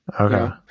Okay